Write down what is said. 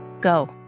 Go